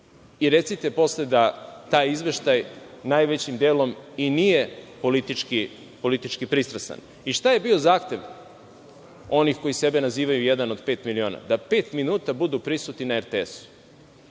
I recite posle da taj izveštaj najvećim delom i nije politički pristrastan. Šta je bio zahtev onih koji sebe nazivaju „Jedan od pet miliona“? Da pet minuta budu prisutni na RTS.